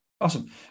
awesome